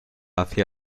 hacia